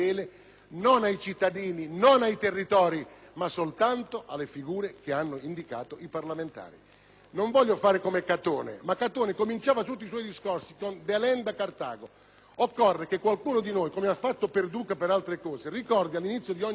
Non voglio fare come Catone che cominciava tutti i suoi discorsi con *delenda* *Cartago*, ma occorre che qualcuno di noi, come ha fatto il senatore Perduca per altre questioni, ricordi all'inizio di ogni seduta che questa è una ferita che va sanata.